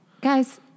Guys